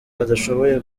batashoboye